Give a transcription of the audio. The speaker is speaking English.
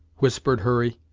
whispered hurry,